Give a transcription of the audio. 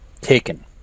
Taken